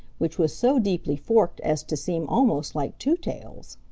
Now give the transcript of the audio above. which was so deeply forked as to seem almost like two tails.